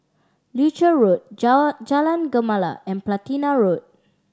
Leuchars Road Jar Jalan Gemala and Platina Road